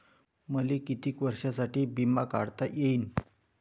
मले कितीक वर्षासाठी बिमा काढता येईन?